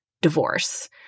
divorce